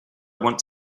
want